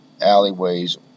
alleyways